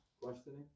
Questioning